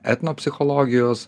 etno psichologijos